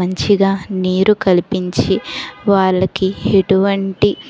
మంచిగా నీరు కల్పించి వాళ్ళకి ఎటువంటి